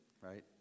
right